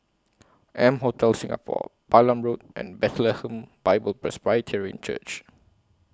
M Hotel Singapore Balam Road and Bethlehem Bible Presbyterian Church